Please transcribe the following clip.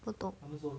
不懂